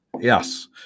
Yes